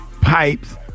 pipes